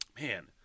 man